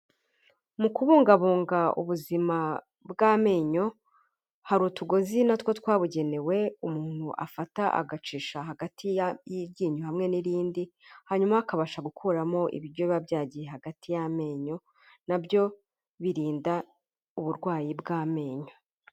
Mu kubungabunga ubuzima bw'amenyo hari utugozi natwo twabugenewe umuntu afata agacisha hagati ya y'iryinyo hamwe n'irindi, hanyuma akabasha gukuramo ibiryo biba byagiye hagati y'amenyo, nabyo birinda uburwayi bw'amenyo.